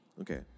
okay